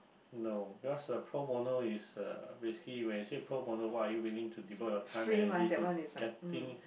no because uh pro bono is uh basically when you say pro bono what are you willing to devote your time and energy to getting